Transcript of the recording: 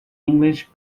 english